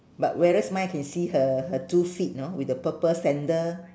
but whereas mine can see her her two feet know with the purple sandal